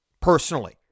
personally